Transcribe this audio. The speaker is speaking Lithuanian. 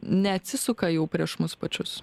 neatsisuka jau prieš mus pačius